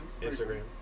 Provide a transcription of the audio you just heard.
Instagram